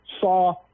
saw